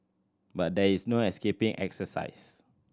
but there is no escaping exercise